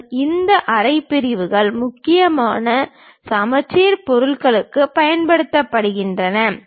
மேலும் இந்த அரை பிரிவுகள் முக்கியமாக சமச்சீர் பொருட்களுக்கு பயன்படுத்தப்படுகின்றன